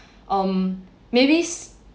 um maybe